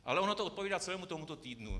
Ale ono to odpovídá celému tomuto týdnu.